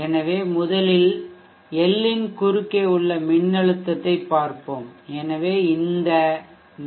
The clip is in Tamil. எனவே முதலில் எல் இன் குறுக்கே உள்ள மின்னழுத்தத்தைப் பார்ப்போம் எனவே இந்த வி